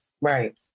right